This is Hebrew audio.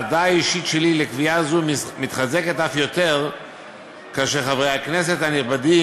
האהדה האישית שלי לקביעה זו מתחזקת אף יותר כאשר חברי הכנסת הנכבדים